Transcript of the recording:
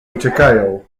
uciekają